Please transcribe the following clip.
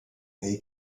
neu